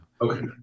Okay